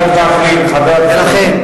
חבר הכנסת וקנין.